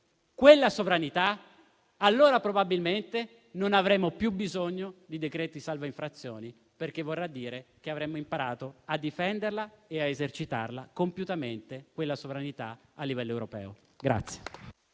quella sovranità, allora probabilmente non avremo più bisogno di decreti salva infrazioni, perché vorrà dire che avremo imparato a difendere e a esercitare compiutamente quella sovranità a livello europeo.